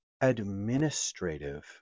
administrative